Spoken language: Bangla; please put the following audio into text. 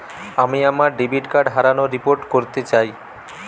আমি আমার ডেবিট কার্ড হারানোর রিপোর্ট করতে চাই